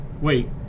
Wait